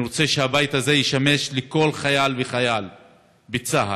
אני רוצה שהבית הזה ישמש לכל חייל וחייל בצה"ל,